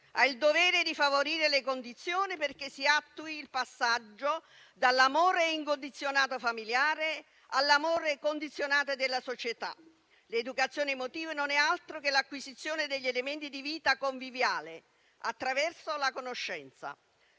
Ha il dovere di favorire le condizioni perché si attui il passaggio dall'amore incondizionato familiare all'amore condizionato della società. L'educazione emotiva non è altro che l'acquisizione degli elementi di vita conviviale attraverso la conoscenza.